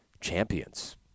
champions